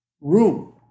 room